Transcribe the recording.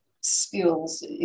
skills